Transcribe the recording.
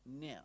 Now